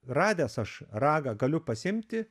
radęs aš ragą galiu pasiimti